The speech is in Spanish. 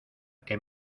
que